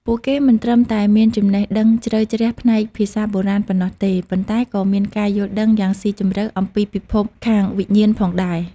ពួកគេមិនត្រឹមតែមានចំណេះដឹងជ្រៅជ្រះផ្នែកភាសាបុរាណប៉ុណ្ណោះទេ ប៉ុន្តែក៏មានការយល់ដឹងយ៉ាងស៊ីជម្រៅអំពីពិភពខាងវិញ្ញាណផងដែរ។